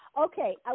Okay